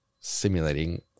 simulating